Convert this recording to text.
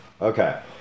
Okay